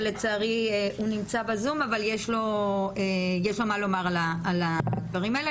שיש לו מה לומר על הדברים האלה.